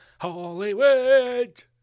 Hollywood